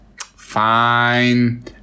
Fine